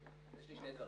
יש לי שני דברים,